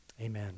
amen